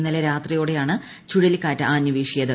ഇന്നലെ രാത്രിയോടെയാണ് ചുഴലിക്കാറ്റ് ആഞ്ഞ് വീശിയത്